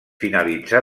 finalitzà